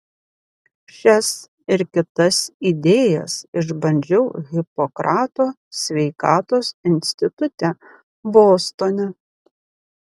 šias ir kitas idėjas išbandžiau hipokrato sveikatos institute bostone